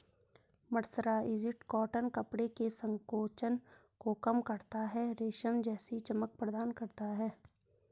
mercerised cotton कपड़े के संकोचन को कम करता है, रेशम जैसी चमक प्रदान करता है